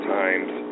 times